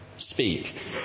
speak